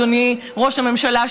אדוני ראש הממשלה,